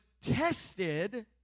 tested